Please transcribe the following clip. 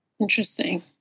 Interesting